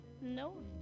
no